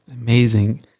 Amazing